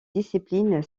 discipline